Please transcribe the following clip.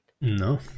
No